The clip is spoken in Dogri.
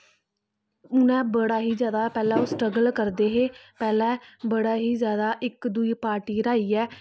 उ'नें बड़ा ही ज्यादा पैह्ले ओह् स्ट्रागल करदे हे पैह्ले बड़ा ही ज्यादा इक दुई पार्टी गी र्हाइयै